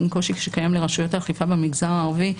גם הקושי שקיים לרשויות האכיפה במגזר הערבי,